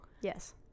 Yes